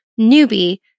NEWBIE